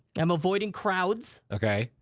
i'm avoiding crowds. okay.